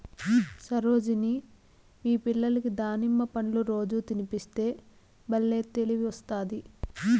సరోజిని మీ పిల్లలకి దానిమ్మ పండ్లు రోజూ తినిపిస్తే బల్లే తెలివొస్తాది